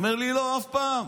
הוא אומר לי: לא, אף פעם,